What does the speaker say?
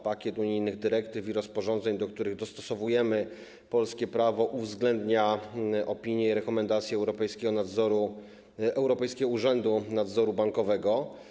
Pakiet unijnych dyrektyw i rozporządzeń, do których dostosowujemy polskie prawo, uwzględnia opinie i rekomendacje Europejskiego Urzędu Nadzoru Bankowego.